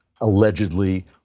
allegedly